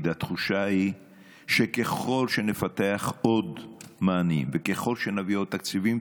תמיד התחושה היא שככל שנפַתח עוד מענים וככל שנביא עוד תקציבים,